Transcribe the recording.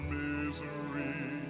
misery